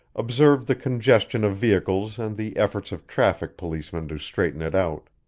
observed the congestion of vehicles and the efforts of traffic policemen to straighten it out.